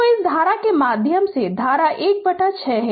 Refer Slide Time 0313 तो इस धारा के माध्यम से धारा 1 बटा 6 है